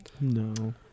No